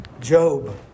Job